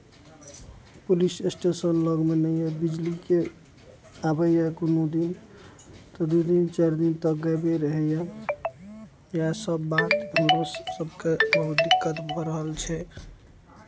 police station लगमे नहि यए बिजलीके आबैए कोनो दिन तऽ दू दिन चारि दिन तक गायबे रहैए इएहसभ बात हमरा सभकेँ बहुत दिक्कत भऽ रहल छै